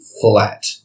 flat